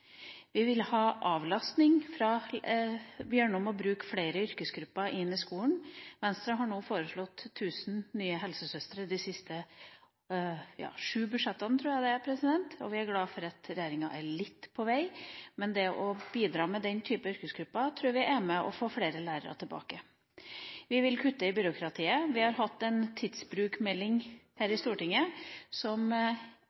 Vi vil ha avlastning gjennom å få flere yrkesgrupper inn i skolen. Venstre har nå foreslått 1 000 nye helsesøstre i de siste sju budsjettene – tror jeg det er – og vi er glad for at regjeringa er litt på vei. Å bidra med den type yrkesgrupper tror vi er med på å få flere lærere tilbake. Vi vil kutte i byråkratiet. Vi har hatt en tidsbruksmelding her